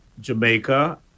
Jamaica